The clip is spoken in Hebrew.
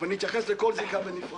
מצד